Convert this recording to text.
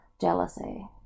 jealousy